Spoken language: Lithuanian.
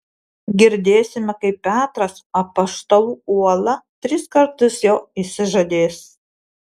girdėsime kaip petras apaštalų uola tris kartus jo išsižadės